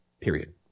Period